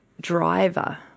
driver